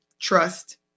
trust